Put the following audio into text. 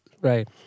Right